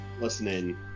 Listening